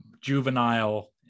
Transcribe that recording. juvenile